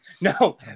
No